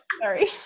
sorry